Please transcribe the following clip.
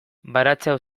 baratzea